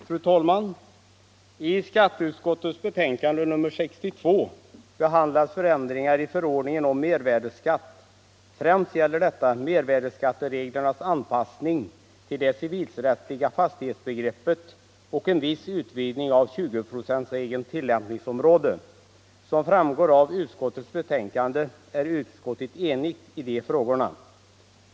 Fru talman! I skatteutskottets betänkande nr 62 behandlas förändringar i förordningen om mervärdeskatt. Främst gäller det mervärdeskattereglernas anpassning till det civilrättsliga fastighetsbegreppet och en viss utvidgning av 20-procentsregelns tillämpningsområde. Som framgår av betänkandet är utskottet enigt i de frågorna.